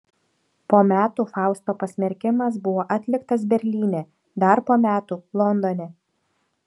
po metų fausto pasmerkimas buvo atliktas berlyne dar po metų londone